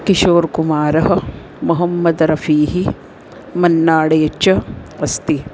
किशोर्कुमारः मोहम्मदरफ़ीः मन्नाडे च अस्ति